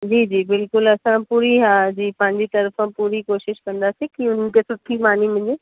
जी जी बिल्कुलु असां पूरी हा जी पंहिंजी तर्फ़ सां पुरी कोशिशि कंदासीं की हुननि खे सुठी मानी मिले